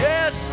Yes